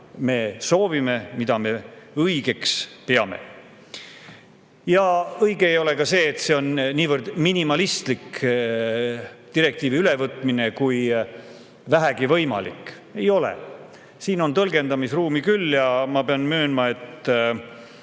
me soovime ja õigeks peame. Õige ei ole ka see, et see on niivõrd minimalistlik direktiivi ülevõtmine kui vähegi võimalik. Ei ole. Siin on tõlgendamisruumi küll. Ja ma pean möönma, et